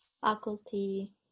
faculty